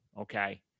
Okay